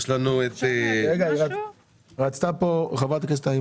יש לנו את --- רצתה לדבר חברת הכנסת אימאן חט'יב.